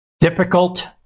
Difficult